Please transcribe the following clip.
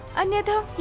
and